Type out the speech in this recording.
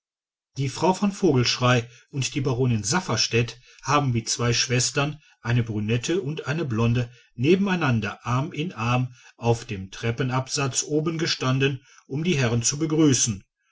die frau von vogelschrey und die baronin safferstätt haben wie zwei schwestern eine brünette und eine blonde nebeneinander arm in arm auf dem treppenabsatz oben gestanden um die herren zu begrüßen